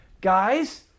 guys